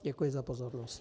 Děkuji za pozornost.